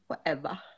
forever